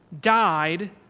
died